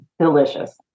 delicious